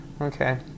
okay